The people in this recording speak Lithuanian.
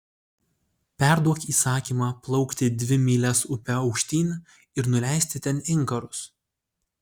perduok įsakymą plaukti dvi mylias upe aukštyn ir nuleisti ten inkarus